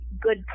good